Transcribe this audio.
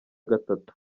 gatatu